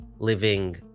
living